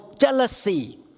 jealousy